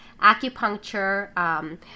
acupuncture